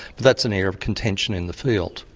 but that's an area of contention in the field.